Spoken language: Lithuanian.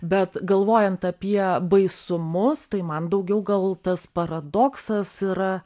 bet galvojant apie baisumus tai man daugiau gal tas paradoksas yra